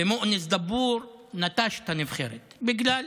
ומואנס דבור נטש את הנבחרת בגלל